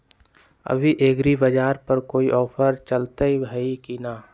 अभी एग्रीबाजार पर कोई ऑफर चलतई हई की न?